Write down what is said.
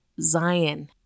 Zion